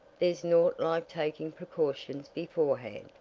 there's naught like taking precautions beforehand,